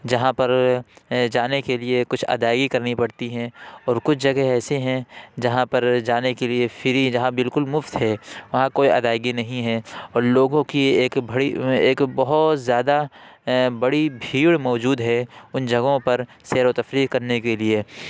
جہاں پر جانے کے لیے کچھ ادائیگی کرنی پڑتی ہیں اور کچھ جگہیں ایسے ہیں جہاں پر جانے کے لیے فری جہاں بالکل مفت ہے وہاں کوئی ادائیگی نہیں ہے اور لوگوں کی ایک بھری ایک بہت زیادہ بڑی بھیڑ موجود ہے ان جگہوں پر سیر و تفریح کرنے کے لیے